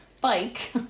bike